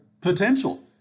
potential